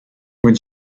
when